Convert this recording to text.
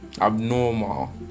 abnormal